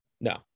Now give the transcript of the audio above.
No